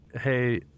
hey